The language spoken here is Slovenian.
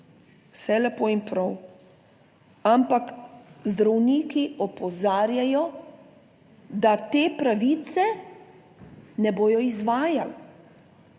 Vse lepo in prav, ampak zdravniki opozarjajo, da te pravice ne bodo izvajali.